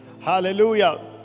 Hallelujah